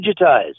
digitized